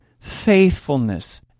Faithfulness